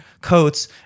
coats